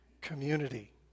community